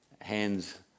hands